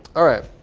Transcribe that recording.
all right,